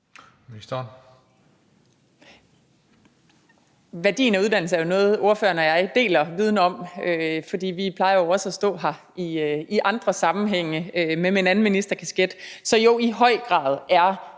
(fg.): Værdien af uddannelser er jo noget, som ordføreren og jeg deler viden om, for vi plejer jo også at stå her i andre sammenhænge, men med en anden ministerkasket. Så jo, i høj grad er